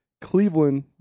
Cleveland